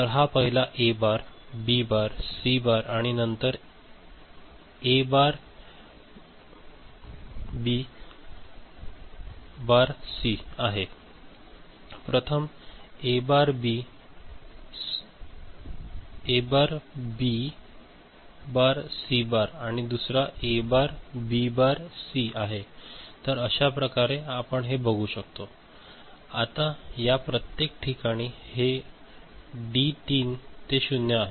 तर पहिला A bar B bar C bar आणि नंतर एक बार बी बार सी आहे प्रथम एक bar B bar C bar आणि दुसरा A bar B bar C आहे तर अश्या प्रकारे आपण हे बघू शकतो आता या प्रत्येक ठिकाणी हे डी 3 ते 0 आहे